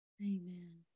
Amen